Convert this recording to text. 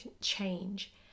change